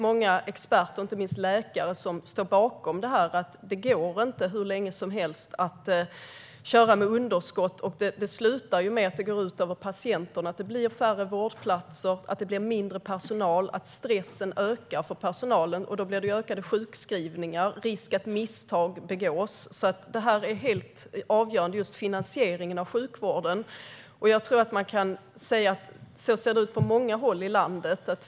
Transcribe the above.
Många experter, inte minst läkare, står bakom detta och menar att det inte går att köra med underskott hur länge som helst. Det slutar med att det går ut över patienterna. Det blir färre vårdplatser, mindre personal och ökad stress för personalen, vilket i sin tur leder till fler sjukskrivningar och en ökad risk för att misstag begås. Just finansieringen av sjukvården är helt avgörande för detta. Så här ser det ut på många håll i landet.